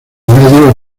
medios